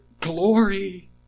glory